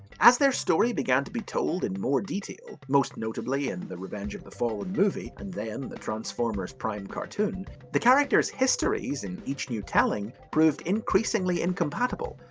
as their story began to be told in more detail, most notably in the revenge of the fallen movie, and then the transformers prime cartoon, the characters' histories in each new telling proved increasingly incompatible,